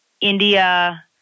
India